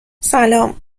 سلام